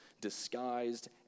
disguised